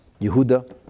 Yehuda